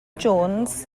jones